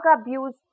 abuse